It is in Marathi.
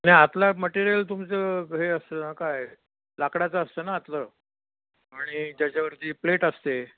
नाही आतला मटेरियल तुमचं हे असं कायय लाकडाचं असतं ना आतलं आणि त्याच्यावरती प्लेट असते